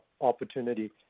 opportunity